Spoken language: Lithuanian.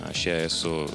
aš jai esu